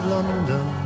London